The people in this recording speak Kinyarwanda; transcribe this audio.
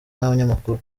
n’abanyamakuru